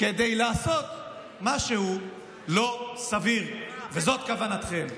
כדי לעשות משהו לא סביר, וזאת כוונתכם.